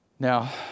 Now